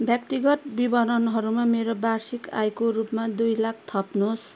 व्यक्तिगत विवरणहरूमा मेरो वार्षिक आयको रूपमा दुई लाख थप्नुहोस्